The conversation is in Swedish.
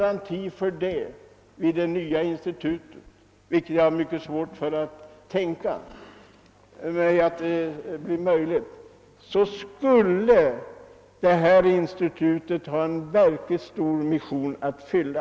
Om så verkligen blir fallet — vilket jag emellertid har svårt att tro på — skulle institutet i fråga ha en verkligt stor mission att fylla.